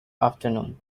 afternoon